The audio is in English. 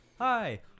hi